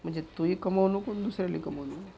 म्हंजे तूही कमवू नको आणि दुसऱ्यालाही कमवू देऊ नको